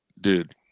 dude